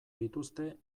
dituzte